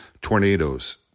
tornadoes